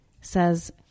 says